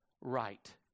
Right